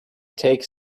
takes